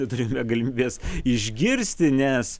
neturime galimybės išgirsti nes